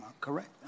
Correct